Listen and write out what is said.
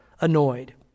annoyed